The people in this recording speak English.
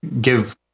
give